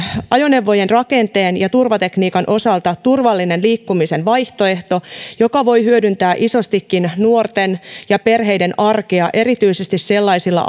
ajoneuvojen rakenteen ja turvatekniikan osalta turvallinen liikkumisen vaihtoehto joka voi hyödyttää isostikin nuorten ja perheiden arkea erityisesti sellaisia